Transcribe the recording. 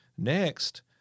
Next